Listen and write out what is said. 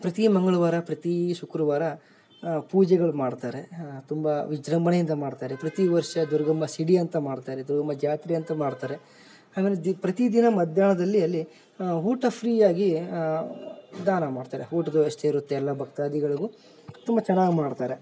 ಪ್ರತಿಯ ಮಂಗಳವಾರ ಪ್ರತೀ ಶುಕ್ರವಾರ ಪೂಜೆಗಳು ಮಾಡ್ತಾರೆ ತುಂಬ ವಿಜೃಂಭಣೆಯಿಂದ ಮಾಡ್ತಾರೆ ಪ್ರತಿ ವರ್ಷ ದುರ್ಗಮ್ಮ ಸಿಡಿಯಂತ ಮಾಡ್ತಾರೆ ದುರ್ಗಮ್ಮ ಜಾತ್ರೆಯಂತ್ ಮಾಡ್ತಾರೆ ಹಂಗಂದು ದಿ ಪ್ರತಿದಿನ ಮಧ್ಯಾಹ್ನದಲ್ಲಿ ಅಲ್ಲಿ ಊಟ ಫ್ರೀಯಾಗಿ ದಾನ ಮಾಡ್ತಾರೆ ಊಟದ ವ್ಯವಸ್ತೆಯಿರುತ್ತೆ ಎಲ್ಲ ಭಕ್ತಾದಿಗಳಿಗೂ ತುಂಬ ಚೆನ್ನಾಗ್ ಮಾಡ್ತಾರೆ